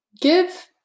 give